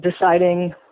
deciding